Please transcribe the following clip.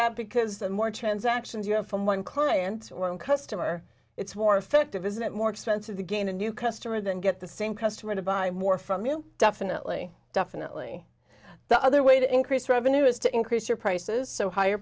that because the more transactions you have from one client one customer it's more effective is it more expensive to gain a new customer than get the same customer to buy more from you definitely definitely the other way to increase revenue is to increase your prices so higher